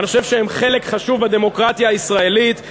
אני חושב שהן חלק חשוב בדמוקרטיה הישראלית.